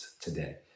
today